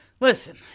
Listen